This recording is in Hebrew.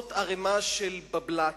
זאת ערימה של בבל"ת,